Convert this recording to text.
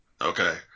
okay